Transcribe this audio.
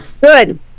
Good